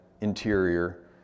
interior